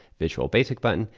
visual basic button,